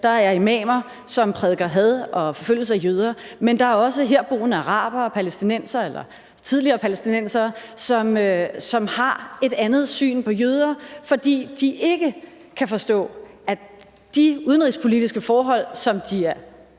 der er imamer, som prædiker had og forfølgelse af jøder, men der er også herboende arabere og palæstinensere eller tidligere palæstinensere, som har et andet syn på jøder, fordi de ikke kan forstå, at de udenrigspolitiske forhold, som de er